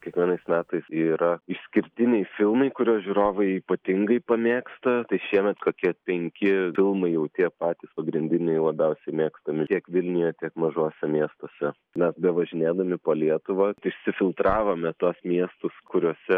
kiekvienais metais yra išskirtiniai filmai kuriuos žiūrovai ypatingai pamėgsta tai šiemet kokie penki filmai jau tie patys pagrindiniai labiausiai mėgstami tiek vilniuje tiek mažuose miestuose mes bevažinėdami po lietuvą išsifiltravome tuos miestus kuriuose